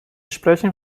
sprechen